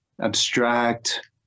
abstract